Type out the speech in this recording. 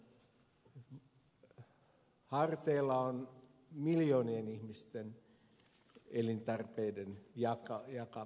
ykn harteilla on miljoonien ihmisten elintarpeiden jakaminen